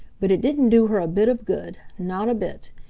but it didn't do her a bit of good, not a bit.